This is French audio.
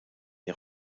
les